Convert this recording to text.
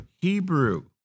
Hebrew